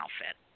outfit